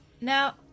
now